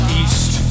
east